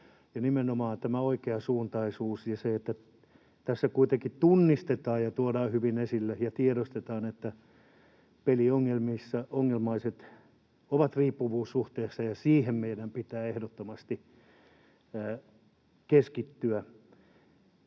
nimenomaan tämä oikeasuuntaisuus ja se, että tässä kuitenkin tunnistetaan ja tuodaan hyvin esille ja tiedostetaan, että peliongelmissa ongelmaiset ovat riippuvuussuhteessa, ja siihen meidän pitää ehdottomasti keskittyä.